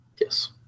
Yes